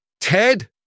Ted